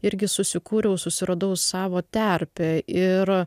irgi susikūriau susiradau savo terpę ir